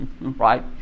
right